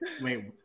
wait